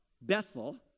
Bethel